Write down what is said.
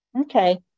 Okay